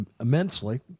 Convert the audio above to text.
immensely